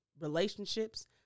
relationships